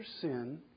sin